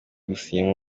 gusinya